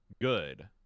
good